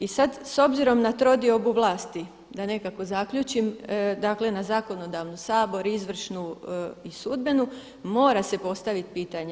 I sad s obzirom na trodiobu vlasti da nekako zaključim, dakle na zakonodavnu Sabor, izvršnu i sudbenu mora se postavit pitanje.